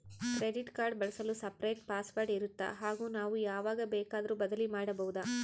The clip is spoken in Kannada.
ಕ್ರೆಡಿಟ್ ಕಾರ್ಡ್ ಬಳಸಲು ಸಪರೇಟ್ ಪಾಸ್ ವರ್ಡ್ ಇರುತ್ತಾ ಹಾಗೂ ನಾವು ಯಾವಾಗ ಬೇಕಾದರೂ ಬದಲಿ ಮಾಡಬಹುದಾ?